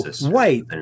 Wait